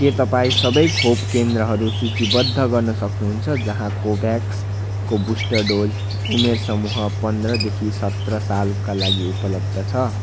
के तपाईँ सबै खोप केन्द्रहरू सूचीबद्ध गर्न सक्नुहुन्छ जहाँ कोभ्याक्सको बुस्टर डोज उमेर समूह पन्ध्रदेखि सत्र सालका लागि उपलब्ध छ